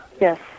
yes